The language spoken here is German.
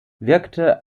wirkte